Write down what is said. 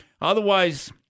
Otherwise